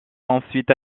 ensuite